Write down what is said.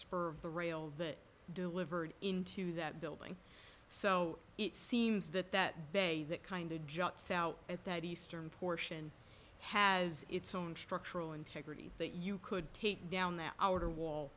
spur of the rail that delivered into that building so it seems that that bay that kind of jumps out at the eastern portion has its own structural integrity that you could take down that outer wall